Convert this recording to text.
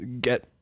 get